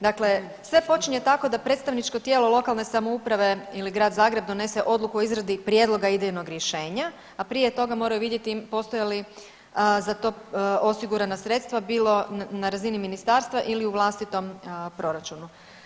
Dakle, sve počinje tako da predstavničko tijelo lokalne samouprave ili Grad Zagreb donese odluku o izradi prijedloga idejnog rješenja, a prije toga moraju vidjeti postoje li za to osigurana sredstva bilo na razini ministarstva ili u vlastitom proračunu.